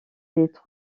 des